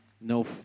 no